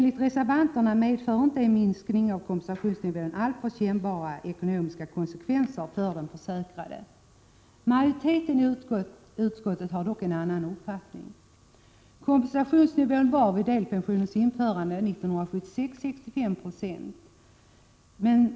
Enligt reservanterna medför inte en minskning av kompensations nivån alltför kännbara ekonomiska konsekvenser för den försäkrade. Majoriteten i utskottet har dock en annan uppfattning. Vid delpensionens införande år 1976 var kompensationsnivån 65 26.